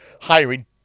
Hiring